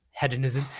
hedonism